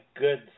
good